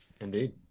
Indeed